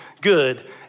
good